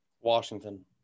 Washington